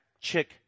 Chick